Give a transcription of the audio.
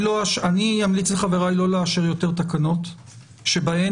אני אמליץ לחבריי לא לאשר יותר תקנות שבהן